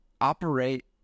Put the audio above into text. operate